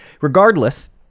Regardless